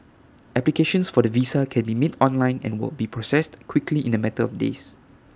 applications for the visa can be made online and will be processed quickly in A matter of days